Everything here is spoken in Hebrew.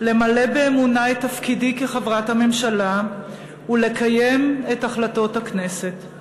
למלא באמונה את תפקידי כחברת הממשלה ולקיים את החלטות הכנסת.